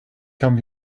come